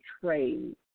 trade